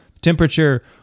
temperature